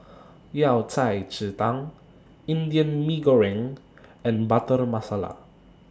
Yao Cai Ji Tang Indian Mee Goreng and Butter Masala